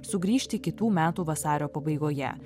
sugrįžti kitų metų vasario pabaigoje